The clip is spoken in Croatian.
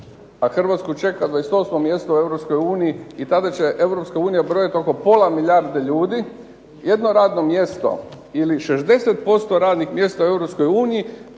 a Hrvatsku čeka 28 mjesto u EU i tada će EU brojati oko pola milijarde ljudi, jedno radno mjesto ili 60% radnih mjesta u EU,